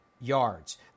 yards